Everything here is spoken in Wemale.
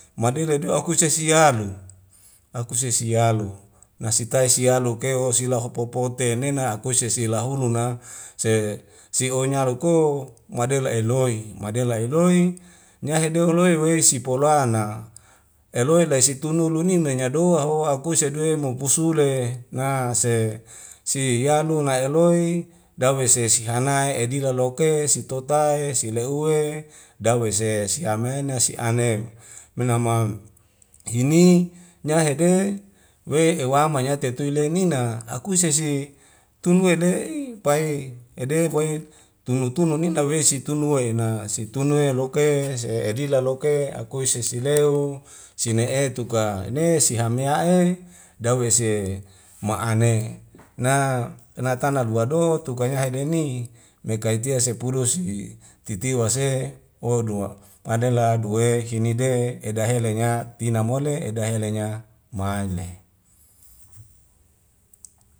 Madele do'e aku sesialu akuse sesialu nasitae sialu keuho silahopopote mena akuse sisilahuluna se sionyaruko madela eloi madela eloi niase due holoi wei esi polana eloi lai situnulunin nanya doa hoa puse dewe mo pu sule nga se siyando na oloi dawese si hanga'e edira loke sitotae silehuwe dawese sihamena sianeu menama hini nyahede wei ewama nyai teituile nina akuse se tunuwelei pai ede kwei tunu tunu nina wei situna e na situne e loka e edila loka e akuise sesileuw sine etuka nesihamea'e dawese ma'ane na natana lua doho tukanyahe deni me kaitia sepulu si titiwa se o dua adela due kini de edahe lenya tina mole edahe lenya maele